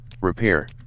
Repair